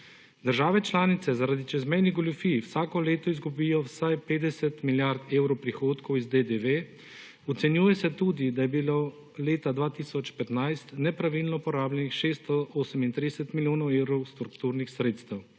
Države članice zaradi čezmejnih goljufij vsako leto izgubijo vsaj 50 milijard evrov prihodkov iz DDV, ocenjuje se tudi, da je bilo leta 2015 nepravilno porabljenih 638 milijonov evrov strukturnih sredstev.